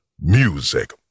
Music